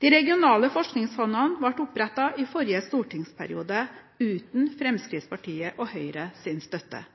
De regionale forskningsfondene ble opprettet i forrige stortingsperiode, uten